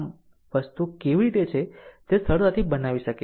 આમ વસ્તુઓ કેવી રીતે છે તે સરળતાથી બનાવી શકે છે